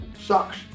sucks